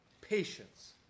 patience